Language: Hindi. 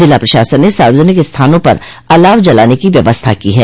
जिला प्रशासन ने सार्वजनिक स्थानों पर अलाव जलाने की व्यवस्था की है